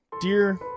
Dear